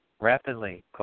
rapidly